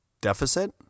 Deficit